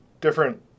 different